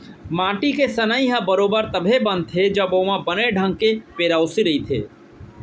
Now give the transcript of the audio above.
माटी के सनई ह बरोबर तभे बनथे जब ओमा बने ढंग के पेरौसी रइथे